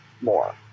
more